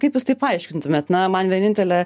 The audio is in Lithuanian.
kaip jūs tai paaiškintumėt na man vienintelė